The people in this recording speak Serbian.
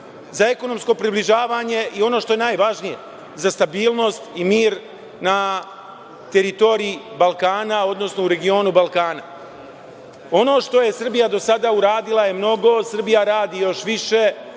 za ekonomsko približavanje i, ono što je najvažnije, za stabilnost i mir na teritoriji Balkana, odnosno u regionu Balkana. Ono što je Srbija do sada uradila je mnogo, Srbija radi još više,